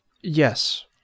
Yes